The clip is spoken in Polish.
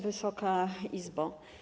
Wysoka Izbo!